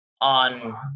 on